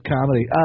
comedy